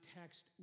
text